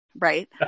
Right